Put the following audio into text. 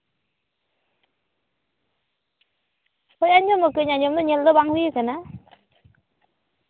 ᱦᱳᱭ ᱟᱸᱡᱚᱢᱟᱠᱟᱜᱼᱟᱹᱧ ᱟᱸᱡᱚᱢ ᱫᱚ ᱧᱮᱞ ᱫᱚ ᱵᱟᱝ ᱦᱩᱭ ᱟᱠᱟᱱᱟ